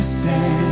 say